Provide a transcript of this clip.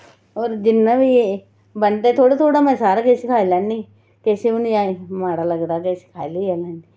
और जिन्ना बी बनदे थोह्ड़ा थोह्ड़ा मैं सारा किश खाई लैनी किश बी नि माड़ा लगदा किश खाई